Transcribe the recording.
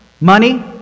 money